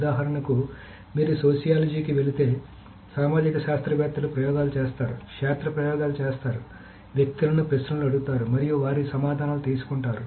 ఉదాహరణకు మీరు సోషియాలజీకి వెళితే సామాజిక శాస్త్రవేత్తలు ప్రయోగాలు చేస్తారు క్షేత్ర ప్రయోగాలు చేస్తారు వ్యక్తులను ప్రశ్నలు అడుగుతారు మరియు వారి సమాధానాలు తీసుకుంటారు